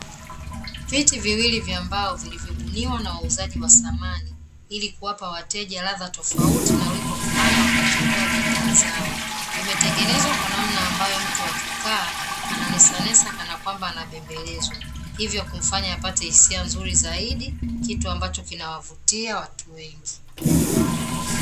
Viti viwili vya mbao vilivyobuniwa na wauzaji wa samani, ili kuwapa wateja ladha tofauti na wigo mpana wa kuchagua bidhaa zao, vimetengenezwa kwa namna ambayo mtu akikaa ananesanesa kanakwamba anabembelezwa, hivyo kumfanya apate hisia nzuri zaidi, kitu ambacho kinawavutia watu wengi.